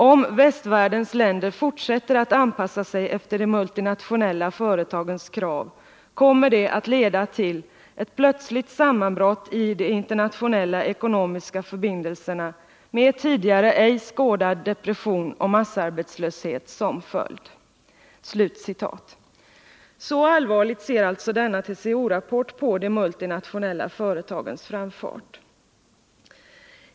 Om västvärldens länder fortsätter att anpassa sig efter de multinationella företagens krav, kommer det att leda till ett plötsligt sammanbrott i de internationella ekonomiska förbindelserna med tidigare ej skådad depression och massarbetslöshet som följd.” Så allvarligt ser alltså denna TCO-rapport på de multinationella företagens framfart.